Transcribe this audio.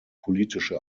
politische